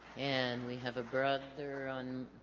and we have a brother